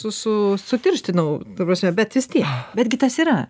su su sutirštinau ta prasme bet vis tiek betgi tas yra